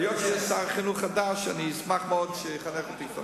היות שיש שר חינוך חדש, אני אשמח מאוד שיחנך אותי.